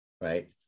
Right